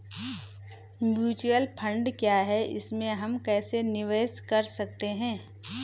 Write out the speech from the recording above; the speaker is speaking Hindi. म्यूचुअल फण्ड क्या है इसमें हम कैसे निवेश कर सकते हैं?